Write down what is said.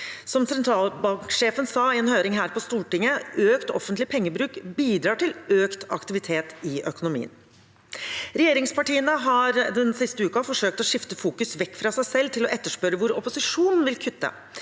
Som sentralbanksjefen sa i en høring her på Stortinget: Økt offentlig pengebruk bidrar til økt aktivitet i økonomien. Regjeringspartiene har den siste uken forsøkt å flytte fokus vekk fra seg selv ved å etterspørre hvor opposisjonen vil kutte.